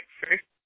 first